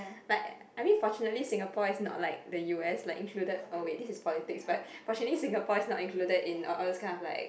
like I mean fortunately Singapore is not like the u_s like included oh wait this is politics but fortunately Singapore is not included in all all those kind of like